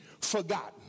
forgotten